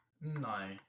No